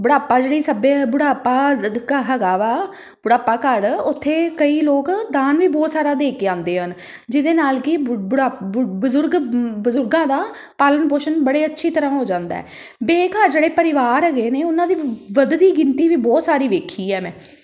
ਬੁਢਾਪਾ ਜਿਹੜੀ ਸੱਭਿ ਬੁਢਾਪਾ ਕ ਹੈਗਾ ਵਾ ਬੁਢਾਪਾ ਘਰ ਉੱਥੇ ਕਈ ਲੋਕ ਦਾਨ ਵੀ ਬਹੁਤ ਸਾਰਾ ਦੇ ਕੇ ਆਉਂਦੇ ਹਨ ਜਿਹਦੇ ਨਾਲ ਕਿ ਬਜ਼ੁਰਗ ਬਜ਼ੁਰਗਾਂ ਦਾ ਪਾਲਣ ਪੋਸ਼ਣ ਬੜੇ ਅੱਛੇ ਤਰ੍ਹਾਂ ਹੋ ਜਾਂਦਾ ਬੇਘਰ ਜਿਹੜੇ ਪਰਿਵਾਰ ਹੈਗੇ ਨੇ ਉਹਨਾਂ ਦੀ ਵੱਧਦੀ ਗਿਣਤੀ ਵੀ ਬਹੁਤ ਸਾਰੀ ਵੇਖੀ ਹੈ ਮੈਂ